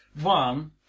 One